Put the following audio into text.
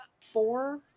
four